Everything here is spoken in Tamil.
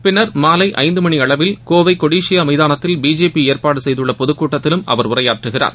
பின்னர் மாலை ஐந்து மணி அளவில் கோவை கொடிசியா மைதானத்தில் பிஜேபி ஏற்பாடு செய்துள்ள பொதுக்கூட்டத்திலும் அவர் உரையாற்றுகிறார்